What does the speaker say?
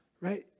right